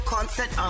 Concert